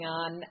on